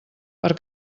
per